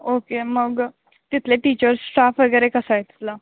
okay मग तिथले teachers staff वगैरे कसा आहे तिथला